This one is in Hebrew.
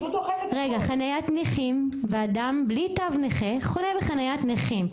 חניית נכים ואדם בלי תו נכה חונה בחניית נכים.